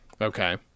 Okay